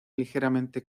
ligeramente